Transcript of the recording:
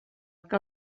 que